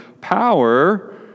power